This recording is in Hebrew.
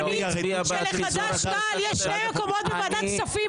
הגיוני שלחד"ש-תע"ל יש שני מקומות בוועדת כספים,